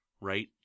Right